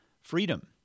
freedom